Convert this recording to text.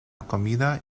comida